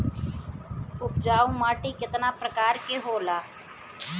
उपजाऊ माटी केतना प्रकार के होला?